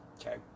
Okay